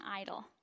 idol